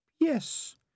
Yes